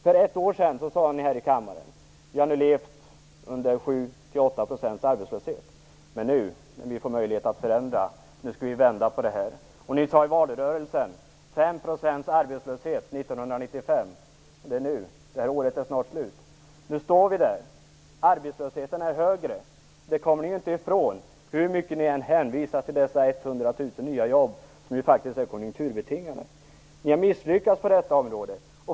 För ett år sedan sade ni här i kammaren: Vi har nu levt under 7-8 % arbetslöshet, men nu när vi får möjlighet att förändra skall vi vända på detta. Ni sade i valrörelsen att arbetslösheten skulle ner i 5 % 1995. Det är nu, och året är snart slut. Nu står vi där. Att arbetslösheten är högre kommer ni ju inte ifrån hur mycket ni än hänvisar till dessa 100 000 nya jobb, som ju faktiskt är konjunkturbetingade. Ni har misslyckats på detta område.